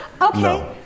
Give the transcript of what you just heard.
Okay